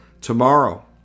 tomorrow